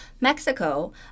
Mexico